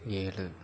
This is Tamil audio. ஏழு